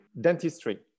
dentistry